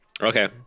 Okay